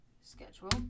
schedule